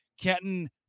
Kenton